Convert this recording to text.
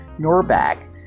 Norback